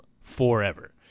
forever